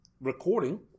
recording